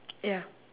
ya